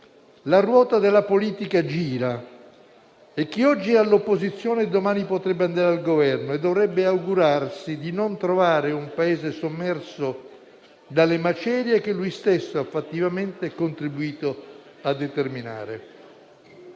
La ruota della politica gira e chi oggi è all'opposizione domani potrebbe andare al Governo e dovrebbe augurarsi di non trovare un Paese sommerso dalle macerie che ha fattivamente contribuito a determinare